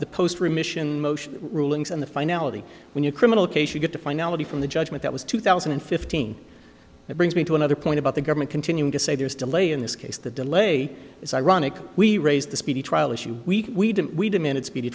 the post remission motion rulings and the finality when your criminal case you get to finality from the judgment that was two thousand and fifteen that brings me to another point about the government continuing to say there's delay in this case the delay is ironic we raised the speedy trial issue we we demanded speedy